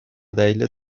دلیل